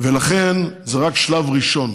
ולכן זה רק שלב ראשון.